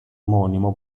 omonimo